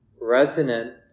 resonant